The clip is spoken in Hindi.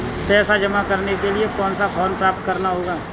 पैसा जमा करने के लिए कौन सा फॉर्म प्राप्त करना होगा?